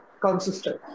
consistent